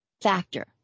factor